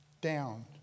down